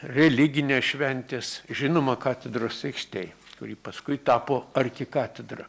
religinės šventės žinoma katedros aikštėj kuri paskui tapo arkikatedra